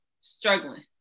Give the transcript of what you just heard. struggling